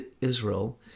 Israel